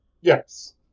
Yes